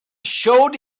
showed